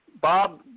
Bob